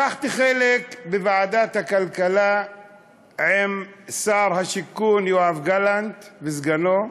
לקחתי חלק בישיבת ועדת הכלכלה עם שר השיכון יואב גלנט וסגנו.